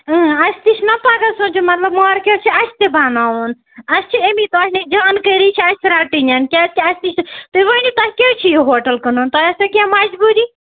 اۭں اَسہِ تہِ چھِنہ پَگاہ سونٛچُن مطلب مارکیٹ چھِ اَسہِ تہِ بَناوُن اَسہِ چھِ اَمی توہہِ نِش جان کٲری چھِ اَسہِ رَٹٕنٮ۪ن کیٛازِ کہِ اَسہِ تہِ چھِ تُہۍ ؤنِو تۄہہِ کیٛازِ چھُ یہِ ہوٹل کٕنُن تۄہہِ آسیو کیٚنٛہہ مجبوٗری